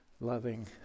loving